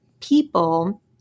people